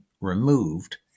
removed